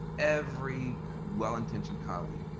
every well intentioned colleague,